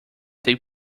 they